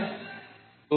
यह कोण थीटा है